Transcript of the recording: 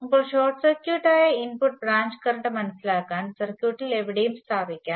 ഇപ്പോൾ short circuit ആയ input branch current മനസിലാക്കാൻ സർക്യൂട്ടിൽ എവിടെയും സ്ഥാപിക്കാം